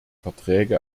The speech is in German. verträge